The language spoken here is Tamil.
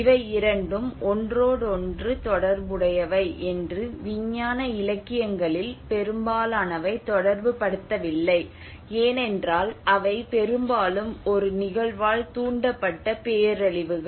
இவை இரண்டும் ஒன்றோடொன்று தொடர்புடையவை என்று விஞ்ஞான இலக்கியங்களில் பெரும்பாலானவை தொடர்புபடுத்தவில்லை ஏனென்றால் அவை பெரும்பாலும் ஒரு நிகழ்வால் தூண்டப்பட்ட பேரழிவுகள்